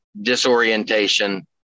disorientation